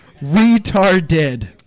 Retarded